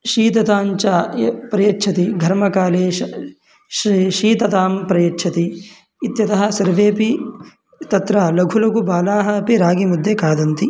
शीतताञ्च य् प्रयच्छति घर्मकाले श् श् शीततां प्रयच्छति इत्यतः सर्वेपि तत्र लघु लघु बालाः अपि रागीमुद्दे खादन्ति